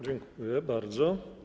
Dziękuję bardzo.